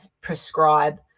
prescribe